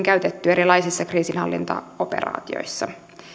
käytetty erilaisissa kriisinhallintaoperaatioissa